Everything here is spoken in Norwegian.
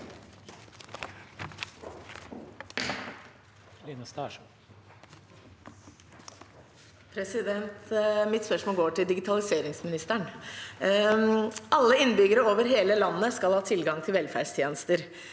Mitt spørs- mål går til digitaliseringsministeren. Alle innbyggere over hele landet skal ha tilgang til velferdstjenester.